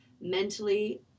mentally